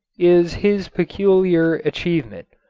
is his peculiar achievement.